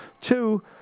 Two